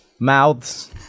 Mouths